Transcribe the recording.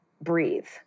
breathe